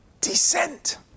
descent